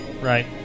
Right